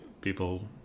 people